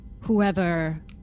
Whoever